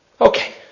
Okay